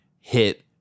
hit